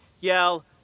yell